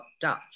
Dutch